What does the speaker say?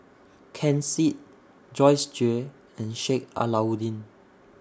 Ken Seet Joyce Jue and Sheik Alau'ddin